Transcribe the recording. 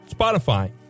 Spotify